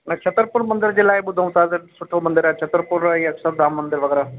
हिन छत्तरपुर मंदर जे लाइ ॿुधऊं तव्हां त सुठो मंदरु आहे छत्तरपुर ऐं इहो अक्षरधाम मंदरु वग़ैरह